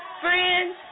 friends